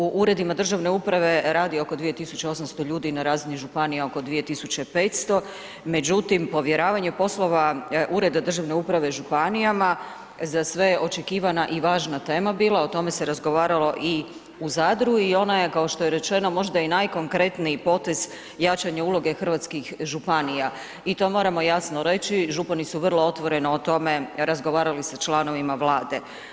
U uredima državne uprave radio oko 2800 ljudi, na razini županija oko 2500, međutim povjeravanja poslova ureda državne uprave županijama, za sve očekivana i važna tema bila, o tome se razgovaralo i u Zadru i ona je kao što je rečeno, možda i najkonkretniji potez jačanja uloge hrvatskih županija i to moramo jasno reći, župani su vrlo otvoreno o tome razgovarali sa članovima Vlade.